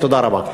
תודה רבה.